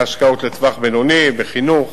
מהשקעות לטווח בינוני בחינוך